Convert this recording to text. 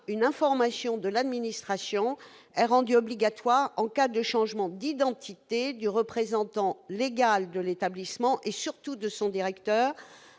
Une information de l'administration est rendue obligatoire en cas de changement d'identité du représentant légal de l'établissement et surtout de son directeur,